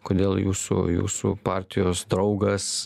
kodėl jūsų jūsų partijos draugas